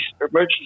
emergency